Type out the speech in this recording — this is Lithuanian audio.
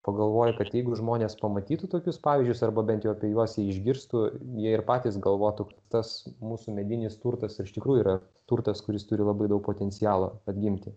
pagalvoji kad jeigu žmonės pamatytų tokius pavyzdžius arba bent jau apie juos jie išgirstų jie ir patys galvotų tas mūsų medinis turtas iš tikrųjų yra turtas kuris turi labai daug potencialo atgimti